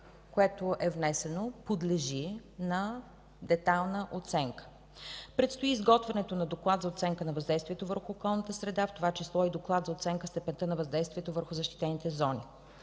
което е внесено, подлежи на детайлна оценка. Предстои изготвянето на доклад за оценка на въздействието върху околната среда, в това число и доклад за оценка на степента на въздействието върху защитените зони.